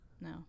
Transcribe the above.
No